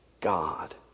God